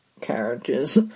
carriages